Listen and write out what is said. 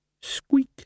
Squeak